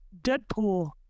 Deadpool